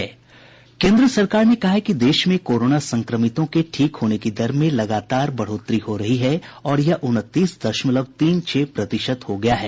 केन्द्र सरकार ने कहा है कि देश में कोरोना संक्रमितों के ठीक होने की दर में लगातार बढ़ोतरी हो रही है और यह उनतीस दशमलव तीन छह प्रतिशत हो गया है